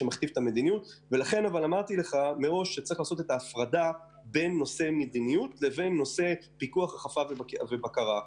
אמרתי מראש שצריך לעשות הפרדה בין מדיניות לבין אכיפה ובקרה.